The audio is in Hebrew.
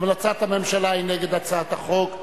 אבל הצעת הממשלה היא נגד הצעת החוק.